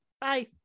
bye